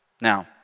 Now